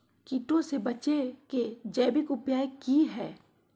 कीटों से बचे के जैविक उपाय की हैय?